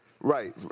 Right